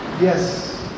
Yes